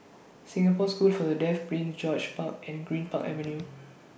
Singapore School For The Deaf Prince George's Park and Greenpark Avenue